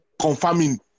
confirming